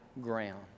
ground